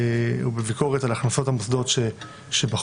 ובביקורת על הכנסות המוסדות שבחוק.